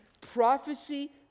prophecy